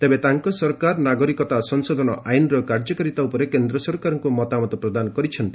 ତେବେ ତାଙ୍କ ସରକାର ନାଗରିକତା ସ ସଂଶୋଧନ ଆଇନ୍ର କାର୍ଯ୍ୟକାରିତା ଉପରେ କେନ୍ଦ୍ର ସରକାରଙ୍କୁ ମତାମତ ପ୍ରଦାନ କରିଛନ୍ତି